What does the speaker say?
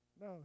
No